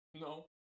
no